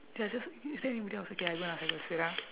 ya just is there anybody outside okay I go and ask I go ask wait ah